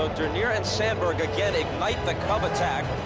dernier and sandberg again ignite the cub attack.